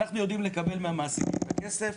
אנחנו יודעים לקבל מהמעסיקים את הכסף,